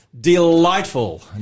delightful